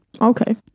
Okay